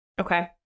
Okay